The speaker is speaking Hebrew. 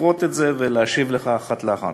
לפרוט ולהשיב לך אחת לאחת.